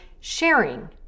sharing